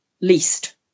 least